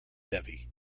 devi